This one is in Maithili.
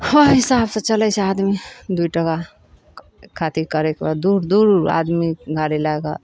ओहि हिसाबसँ चलै छै आदमी दुइ टका कमबै खातिर करैक बाद दूर दूर आदमी गाड़ी लए कऽ